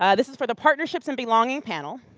um this is for the partnership and belonging panel.